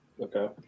Okay